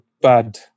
Bad